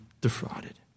defrauded